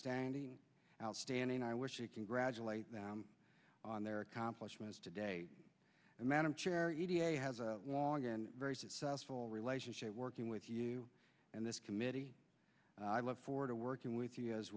standing outstanding i wish you congratulate them on their accomplishments today and madam chair e t a has a long and very successful relationship working with you and this committee and i look forward to working with you as